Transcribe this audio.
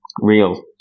real